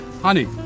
Honey